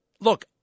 look